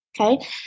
Okay